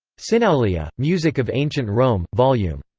synaulia, music of ancient rome, vol. yeah um